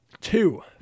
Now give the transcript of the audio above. two